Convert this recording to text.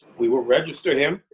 we will register him,